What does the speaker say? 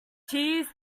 cheese